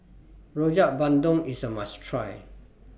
Rojak Bandung IS A must Try